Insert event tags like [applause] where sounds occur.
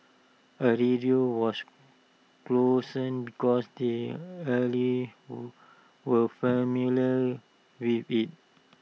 A radio was chosen because the elderly [noise] were familiar with IT